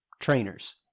trainers